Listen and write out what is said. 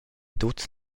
tuts